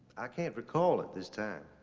i can't recall at this time.